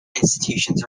institutions